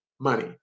money